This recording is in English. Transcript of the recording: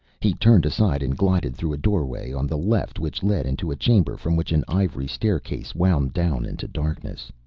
he turned aside and glided through a doorway on the left which led into a chamber from which an ivory staircase wound down into darkness.